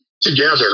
together